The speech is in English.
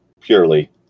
purely